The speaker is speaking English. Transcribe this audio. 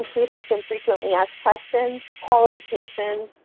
including some frequently asked questions, qualifications,